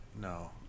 no